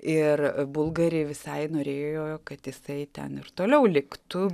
ir bulgari visai norėjo kad jisai ten ir toliau liktų